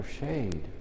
shade